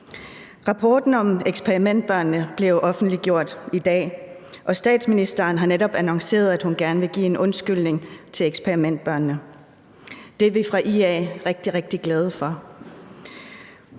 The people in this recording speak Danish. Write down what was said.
Rapporten om eksperimenterne er blevet offentliggjort i dag, og statsministeren har netop annonceret, at hun gerne vil give en undskyldning til eksperimentbørnene. Det er vi fra IA rigtig, rigtig glade for.